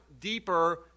deeper